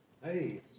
Hey